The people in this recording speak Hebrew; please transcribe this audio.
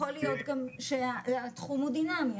יכול להיות גם שהתחום הוא דינמי,